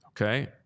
Okay